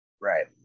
Right